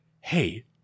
hey